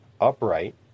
upright